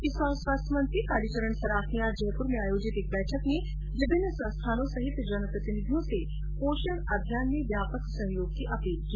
चिकित्सा और स्वास्थ्य मंत्री कालीचरण सराफ ने आज जयपुर में आयोजित एक बैठक में विभिन्न संस्थानों सहित जनप्रतिनिधियों से पोषण अभियान में व्यापक सहयोग की अपील की